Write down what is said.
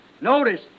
notice